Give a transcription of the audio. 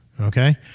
okay